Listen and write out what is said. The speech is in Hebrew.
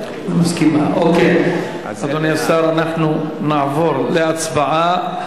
שהשר, אדוני השר, אנחנו נעבור להצבעה.